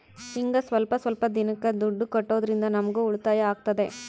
ಹಿಂಗ ಸ್ವಲ್ಪ ಸ್ವಲ್ಪ ದಿನಕ್ಕ ದುಡ್ಡು ಕಟ್ಟೋದ್ರಿಂದ ನಮ್ಗೂ ಉಳಿತಾಯ ಆಗ್ತದೆ